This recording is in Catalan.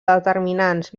determinants